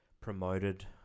promoted